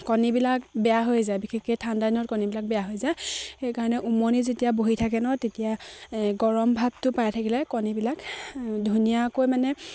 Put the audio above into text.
কণীবিলাক বেয়া হৈ যায় বিশেষকে ঠাণ্ডা দিনত কণীবিলাক বেয়া হৈ যায় সেইকাৰণে উমনি যেতিয়া বহি থাকে ন তেতিয়া গৰম ভাপটো পাই থাকিলে কণীবিলাক ধুনীয়াকৈ মানে